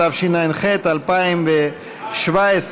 התשע"ח 2017,